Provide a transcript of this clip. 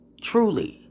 Truly